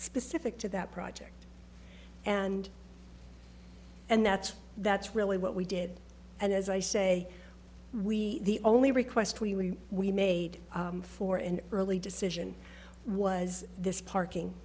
specific to that project and and that's that's really what we did and as i say we the only request we we made for an early decision was this parking